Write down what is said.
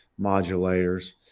Modulators